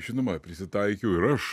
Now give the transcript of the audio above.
žinoma prisitaikiau ir aš